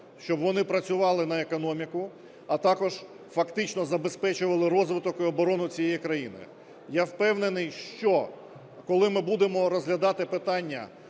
щоб вони працювали на економіку, а також фактично забезпечували розвиток і оборону цієї країни. Я впевнений, що коли ми будемо розглядати питання,